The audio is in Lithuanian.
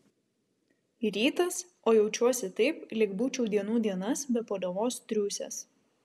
rytas o jaučiuosi taip lyg būčiau dienų dienas be paliovos triūsęs